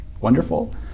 Wonderful